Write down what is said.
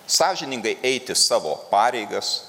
sąžiningai eiti savo pareigas